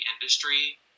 industry